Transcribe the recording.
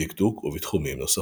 בדקדוק ובתחומים נוספים.